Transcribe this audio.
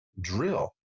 drill